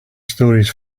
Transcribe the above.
stories